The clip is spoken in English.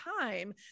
time